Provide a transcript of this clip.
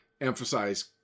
emphasize